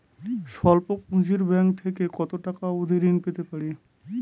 স্বল্প পুঁজির ব্যাংক থেকে কত টাকা অবধি ঋণ পেতে পারি?